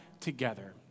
together